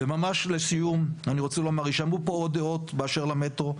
וממש לסיום אני רוצה לומר יישמעו פה עוד דעות באשר למטרו,